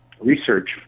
research